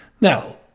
Now